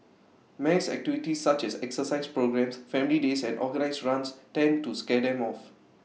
mass activities such as exercise programmes family days and organised runs tend to scare them off